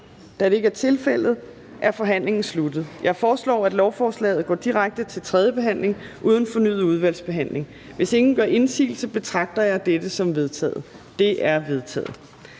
Da det ikke er tilfældet, er forhandlingen sluttet. Jeg foreslår, at lovforslaget går direkte til tredje behandling uden fornyet udvalgsbehandling. Hvis ingen gør indsigelse, betragter jeg dette som vedtaget. Det er vedtaget.